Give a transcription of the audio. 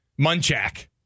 Munchak